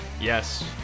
Yes